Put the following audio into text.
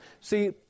See